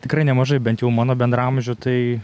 tikrai nemažai bent jau mano bendraamžių tai